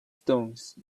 stones